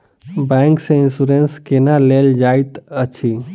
bank सँ insurance केना लेल जाइत अछि